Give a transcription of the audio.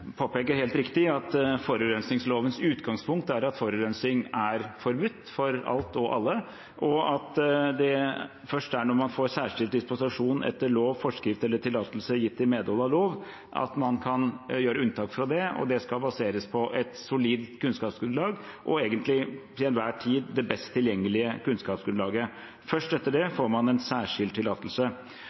påpeker helt riktig at forurensningslovens utgangspunkt er at forurensning er forbudt for alt og alle, og at det først er når man får særskilt dispensasjon etter lov, forskrift eller tillatelse gitt i medhold av lov, at man kan gjøre unntak fra det. Det skal baseres på et solid kunnskapsgrunnlag – egentlig det til enhver tid best tilgjengelige kunnskapsgrunnlaget. Først etter det får man en særskilt tillatelse.